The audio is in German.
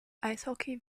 eishockey